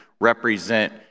represent